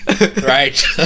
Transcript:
Right